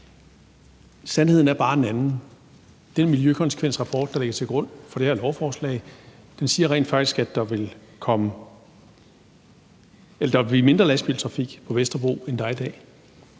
Sandheden er bare en anden. Den miljøkonsekvensrapport, der ligger til grund for det her lovforslag, siger rent faktisk, at der vil blive mindre lastbiltrafik på Vesterbro, end der er i dag.